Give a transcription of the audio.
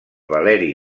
valeri